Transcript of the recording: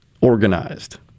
organized